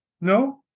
No